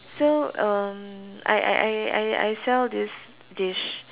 so um I I I I I sell this dish